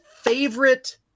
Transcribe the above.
favorite